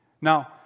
Now